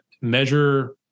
Measure